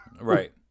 right